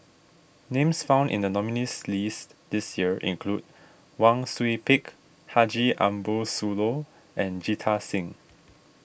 names found in the nominees' list this year include Wang Sui Pick Haji Ambo Sooloh and Jita Singh